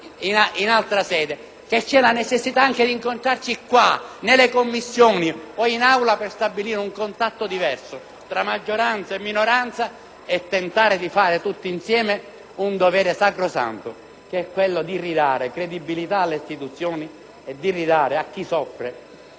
in altra sede. C'è la necessità di incontrarci qua, nelle Commissioni o in Aula, per stabilire un contatto diverso tra maggioranza e minoranza e tentare tutti insieme di compiere un dovere sacrosanto, che è quello di ridare credibilità alle istituzioni e assicurare a chi soffre